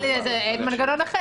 אבל אין מנגנון אחר.